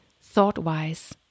thought-wise